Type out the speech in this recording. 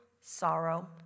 sorrow